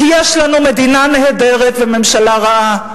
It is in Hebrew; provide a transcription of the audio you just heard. כי יש לנו מדינה נהדרת וממשלה רעה,